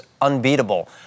unbeatable